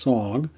Song